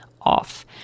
off